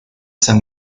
san